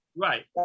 Right